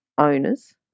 owners